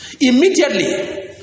Immediately